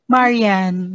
Marian